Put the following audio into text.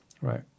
Right